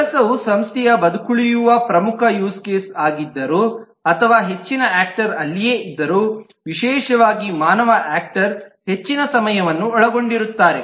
ಕೆಲಸವು ಸಂಸ್ಥೆಯ ಬದುಕುಳಿಯುವ ಪ್ರಮುಖ ಯೂಸ್ ಕೇಸ್ ಆಗಿದ್ದರೂ ಅಥವಾ ಹೆಚ್ಚಿನ ಆಕ್ಟರ್ ಅಲ್ಲಿಯೇ ಇದ್ದರೂವಿಶೇಷವಾಗಿ ಮಾನವ ಆಕ್ಟರ್ ಹೆಚ್ಚಿನ ಸಮಯವನ್ನು ಒಳಗೊಂಡಿರುತ್ತಾರೆ